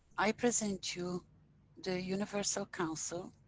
i present you the universal council,